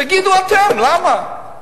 תגידו אתם למה.